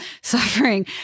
suffering